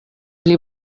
pli